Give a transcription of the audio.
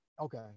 Okay